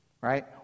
right